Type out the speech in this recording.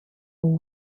and